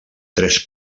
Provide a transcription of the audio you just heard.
tres